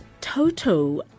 Toto